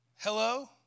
Hello